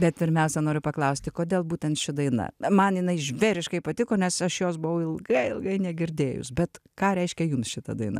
bet pirmiausia noriu paklausti kodėl būtent ši daina man jinai žvėriškai patiko nes aš jos buvau ilgai ilgai negirdėjus bet ką reiškia jums šita daina